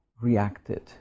reacted